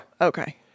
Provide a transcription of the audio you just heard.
Okay